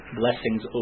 blessings